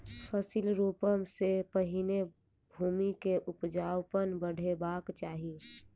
फसिल रोपअ सॅ पहिने भूमि के उपजाऊपन बढ़ेबाक चाही